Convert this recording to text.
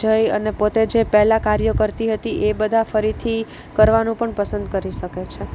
જઈ અને પોતે જે પહેલા કાર્યો કરતી હતી એ બધા ફરીથી કરવાનું પણ પસંદ કરી શકે છે